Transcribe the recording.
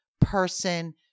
person